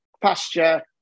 Pasture